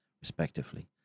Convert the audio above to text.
respectively